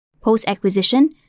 Post-acquisition